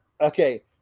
okay